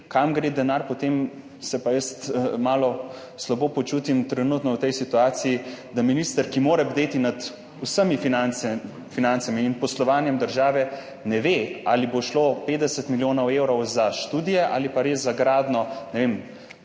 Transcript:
kam gre denar, potem se pa jaz malo slabo počutim trenutno v tej situaciji. Da minister, ki mora bdeti nad vsemi financami in poslovanjem države, ne ve, ali bo šlo 50 milijonov evrov za študije ali res za gradnjo, ne vem,